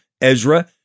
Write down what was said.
Ezra